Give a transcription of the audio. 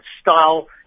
style